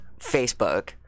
Facebook